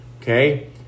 okay